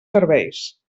serveis